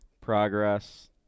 progress